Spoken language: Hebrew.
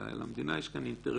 אלא למדינה יש כאן אינטרס